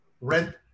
Rent